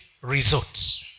results